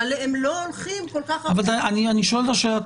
אבל הם לא הולכים כל-כך --- אני שואל את השאלות